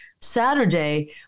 Saturday